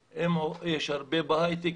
יש הרבה עובדים בהיי-טק,